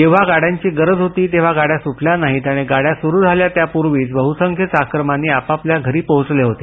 जेव्हा गाड्यांची गरज होती तेव्हा गाड्या सूटल्या नाहीत आणि गाड्या सुरू झाल्या त्यापूर्वीच बहुसंख्य चाकरमानी आपापल्या घरी पोहोचले होते